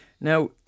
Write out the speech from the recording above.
Now